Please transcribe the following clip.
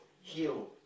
heal